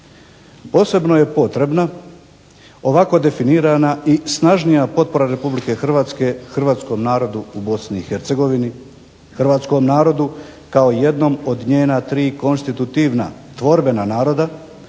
Posebno je potrebna ovako definirana i snažnija potpora Republike Hrvatske hrvatskom narodu u Bosni i Hercegovini, hrvatskom narodu kao jednom od njena tri konstitutivna tvorbena naroda